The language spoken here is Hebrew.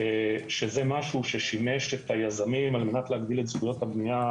שזה משהו ששימש את היזמים על מנת להגדיל את זכויות הבנייה